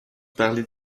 parler